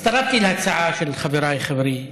הצטרפתי להצעה של חבריי,